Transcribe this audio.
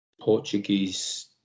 Portuguese